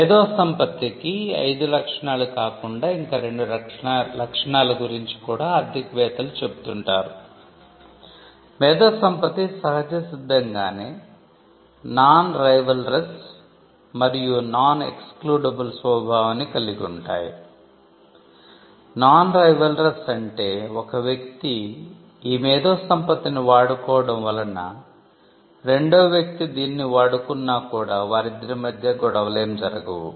మేధో సంపత్తికి ఈ అయిదు లక్షణాలు కాకుండా ఇంకా రెండు లక్షణాలు గురించి కూడా ఆర్ధికవేత్తలు చెబుతుంటారు మేధో సంపత్తి సహజసిద్ధంగానే నాన్ రైవల్రస్ అంటే ఒక వ్యక్తి ఈ మేధో సంపత్తిని వాడుకోవడం వలన రెండో వ్యక్తి దీనిని వాడుకున్నా కూడా వారిద్దరి మధ్య గొడవలేమీ జరగవు